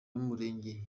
y’umurenge